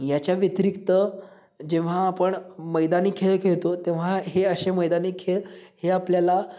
याच्या व्यतिरिक्त जेव्हा आपण मैदानी खेळ खेळतो तेव्हा हे असे मैदानी खेळ हे आपल्याला